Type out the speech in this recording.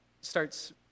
starts